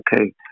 Okay